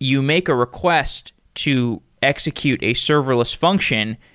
you make a request to execute a serverless function.